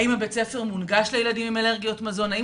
האם הוא מונגש לילדים אלרגיים למזון, האם